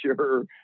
sure